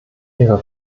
ihre